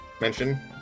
mention